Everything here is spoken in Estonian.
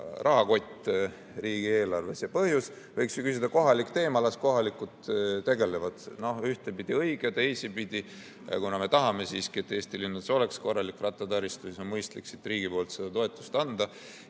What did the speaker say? rahakott riigieelarves. Ja põhjus. Võiks ju öelda, et kohalik teema, las kohalikud tegelevad. No ühtpidi õige, teistpidi, kuna me tahame siiski, et Eesti linnades oleks korralik rattataristu, siis on mõistlik riigi poolt seda toetust anda.